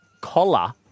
collar